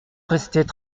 restaient